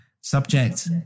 Subject